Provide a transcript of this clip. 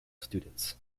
students